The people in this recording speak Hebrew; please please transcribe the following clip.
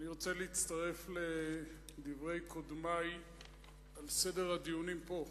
אני רוצה להצטרף לדברי קודמי על סדר הדיונים פה,